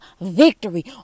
victory